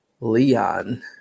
Leon